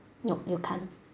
no you can't